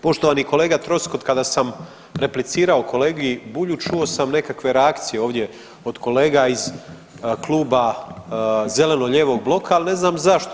Poštovani kolega Troskot, kada sam replicirao kolegi Bulju čuo sam nekakve reakcije ovdje od kolega iz kluba zeleno-lijevog bloka, ali ne znam zašto.